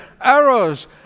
arrows